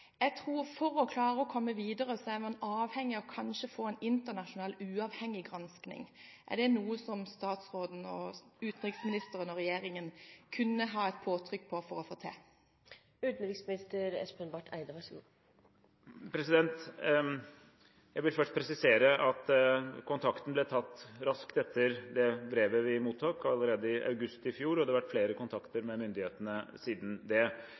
Jeg tror at for å klare å komme videre er man avhengig av å få en internasjonal, uavhengig gransking. Så mitt spørsmål er: Er det noe utenriksministeren og regjeringen kunne ha et påtrykk på for å få til? Jeg vil først presisere at kontakten ble tatt raskt etter det brevet vi mottok, allerede i august i fjor, og det har vært flere kontakter med myndighetene siden det.